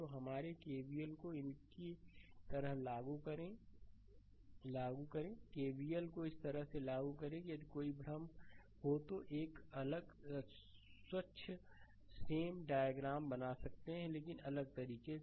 तो हमारे केबीएल को इनकी तरह लागू करें केबीएल को इस तरह से लागू करें यदि कोई भ्रम हो तो एक अलग स्वच्छ सेम डायग्राम बना सकते हैं लेकिन अलग तरीके से